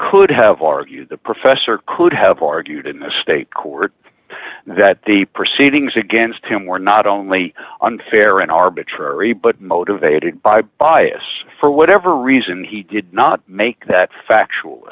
could have argued the professor could have argued in a state court that the proceedings against him were not only unfair and arbitrary but motivated by bias for whatever reason he did not make that factual